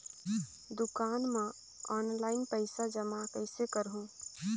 दुकान म ऑनलाइन पइसा जमा कइसे करहु?